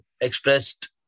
expressed